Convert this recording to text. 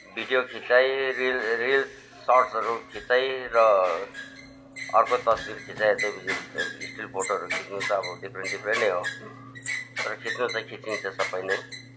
video खिचाइ reels reels सर्ट्सहरू खिचाइ र अर्को तस्विर खिचाइ स्टिल फोटोहरू खिच्नु त अब डिफ्रेन्ट डिफ्रेन्ट नै हो तर खिच्नु चाहिँ खिचिन्छ सबै नै